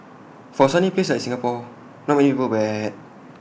for A sunny place like Singapore not many people wear A hat